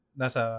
nasa